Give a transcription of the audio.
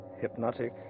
Hypnotic